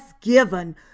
given